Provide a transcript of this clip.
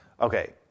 Okay